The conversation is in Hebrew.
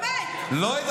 לא, חבל שעשית את הזה.